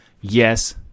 Yes